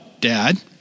dad